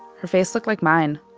her face looked like mine,